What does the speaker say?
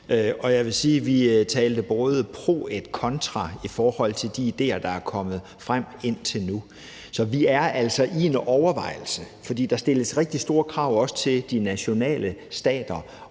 Jeg vil sige, at vi talte både pro et kontra i forhold til de idéer, der er kommet frem indtil nu, så vi er altså i en overvejelse. Der stilles rigtig store krav til også de nationale stater